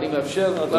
ואני מאפשר לדוברים.